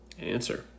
Answer